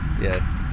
Yes